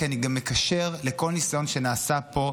כי אני גם מקשר לכל ניסיון שנעשה פה,